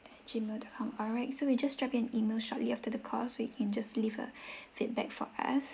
at gmail dot com alright so we'll just drop you an email shortly after the call so you can just leave a feedback for us